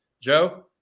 Joe